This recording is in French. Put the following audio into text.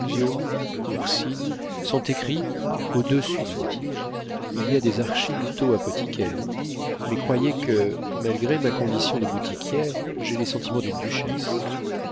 ursini sont écrits au-dessus des boutiques il y a des archinto apothicaires mais croyez que malgré ma condition de boutiquière j'ai les sentiments d'une duchesse